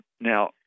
now